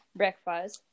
breakfast